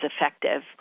effective